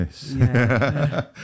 Yes